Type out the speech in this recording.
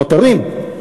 הנותרים,